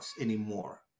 anymore